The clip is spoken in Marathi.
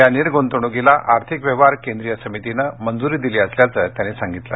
या निर्गृतवणुकीला आर्थिक व्यवहार केंद्रीय समितीने मंजूरी दिली असल्याचं त्यांनी सांगितलं